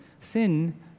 sin